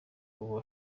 ubu